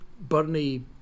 Bernie